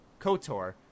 KOTOR